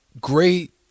great